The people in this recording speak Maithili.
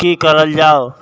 की करल जाओ